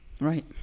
right